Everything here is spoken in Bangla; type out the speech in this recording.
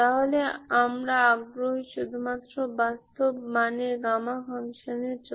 তাহলে আমরা আগ্রহী শুধুমাত্র বাস্তব মানের গামা ফাংশানের জন্য